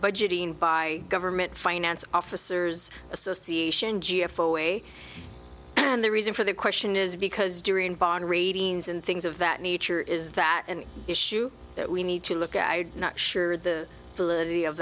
budgeting by government finance officers association g f o a and the reason for the question is because during bond ratings and things of that nature is that an issue that we need to look at not sure the